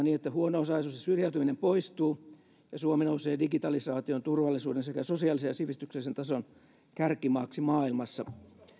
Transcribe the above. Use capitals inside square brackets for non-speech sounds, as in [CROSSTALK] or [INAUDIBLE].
[UNINTELLIGIBLE] niin että huono osaisuus ja syrjäytyminen poistuu ja suomi nousee digitalisaation turvallisuuden sekä sosiaalisen ja sivistyksellisen tason kärkimaaksi maailmassa